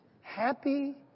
Happy